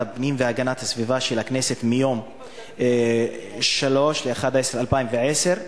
הפנים והגנת הסביבה של הכנסת מיום 3 בנובמבר 2010,